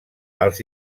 els